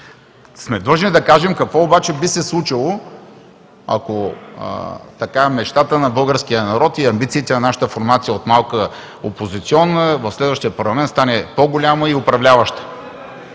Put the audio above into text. сме да кажем какво би се случило, ако мечтата на българския народ и амбициите на нашата формация – от малка опозиционна, в следващия парламент да стане по-голяма и управляваща.